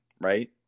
right